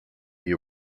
you